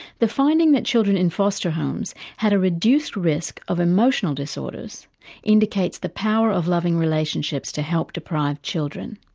the finding that children in foster homes had a reduced risk of emotional disorders indicates the power of loving relationships to help deprived children.